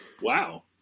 wow